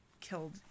killed